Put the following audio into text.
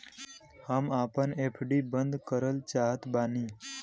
हम आपन एफ.डी बंद करल चाहत बानी